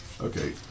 Okay